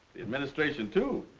the administration, too.